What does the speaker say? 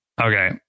Okay